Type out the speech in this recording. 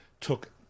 took